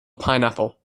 pineapple